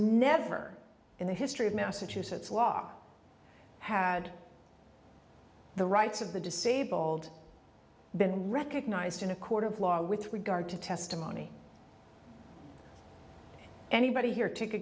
never in the history of massachusetts law had the rights of the disabled been recognized in a court of law with regard to testimony anybody here to